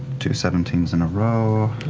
two seventeen s in a row,